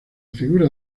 figura